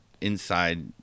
inside